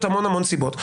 המון סיבות,